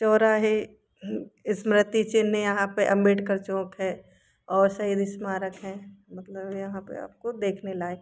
चौराहे स्मृति चिन्ह यहाँ पर अम्बेडकर चौक है और शहीद स्मारक है मतलब यहाँ पर आपको देखने लायक़